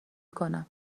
کنم